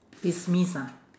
dismiss ah